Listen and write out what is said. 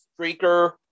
streaker